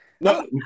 no